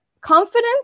confidence